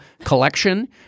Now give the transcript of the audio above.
collection